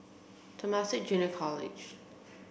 Temasek Junior College